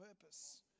purpose